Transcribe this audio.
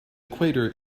equator